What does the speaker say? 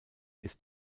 ist